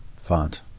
font